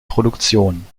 produktion